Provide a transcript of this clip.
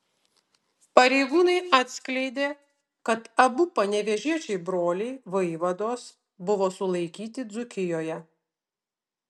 pareigūnai atskleidė kad abu panevėžiečiai broliai vaivados buvo sulaikyti dzūkijoje